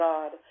God